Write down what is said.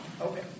Okay